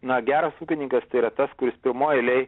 na geras ūkininkas tai yra tas kuris pirmoj eilėj